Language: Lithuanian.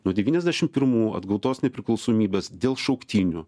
nuo devyniasdešim pirmų atgautos nepriklausomybės dėl šauktinių